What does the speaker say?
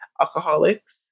alcoholics